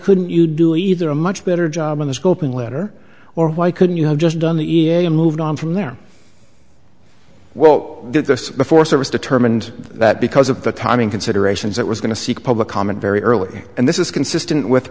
couldn't you do either a much better job in the scoping letter or why couldn't you have just done the e a a and moved on from there well i did this before so i was determined that because of the timing considerations that was going to seek public comment very early and this is consistent with